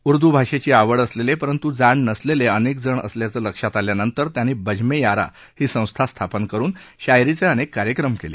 उर्द् भाषेची आवड असलेले परंतू जाण नसलेले अनेक जण असल्याचं लक्षात आल्यानंतर त्यांनी बजमें यारा ही संस्था स्थापन करून शायरीचे अनेक कार्यक्रम केले